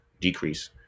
decrease